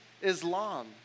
Islam